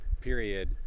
period